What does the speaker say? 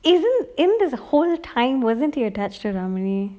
is it in the whole time wasn't he attached to ramley